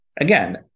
again